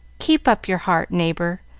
keep up your heart, neighbor.